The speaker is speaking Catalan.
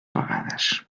vegades